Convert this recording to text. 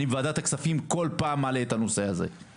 אני כל פעם מעלה את הנושא הזה בוועדת הכספים.